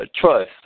trust